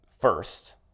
first